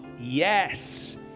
yes